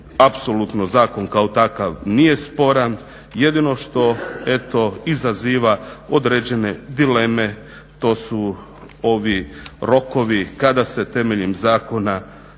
Apsolutno zakon kao takav nije sporan, jedino što eto izaziva određene dileme, to su ovi rokovi kada se temeljem zakona